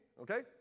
okay